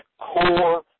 core